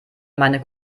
meine